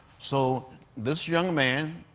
so this young man,